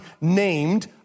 named